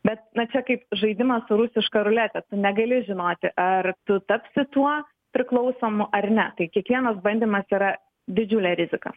bet na čia kaip žaidimas su rusiška rulete negali žinoti ar tu tapsi tuo priklausomu ar ne tai kiekvienas bandymas yra didžiulė rizika